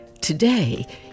Today